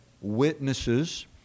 witnesses